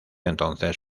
entonces